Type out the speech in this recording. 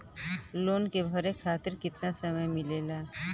Loan के भरे खातिर कितना समय मिलेला?